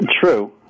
true